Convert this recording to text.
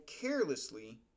carelessly